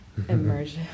immersive